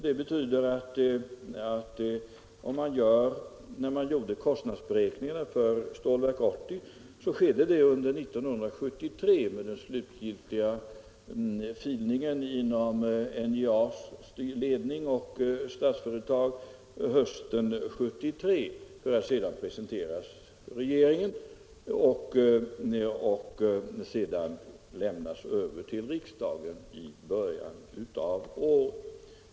Det betyder att kostnadsberäkningarna för Stålverk 80 gjordes under 1973 med den slutgiltiga finslipningen inom NJA:s ledning och Statsföretag hösten 1973 för att sedan presenteras för regeringen och lämnas över till riksdagen i början av år 1974.